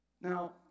Now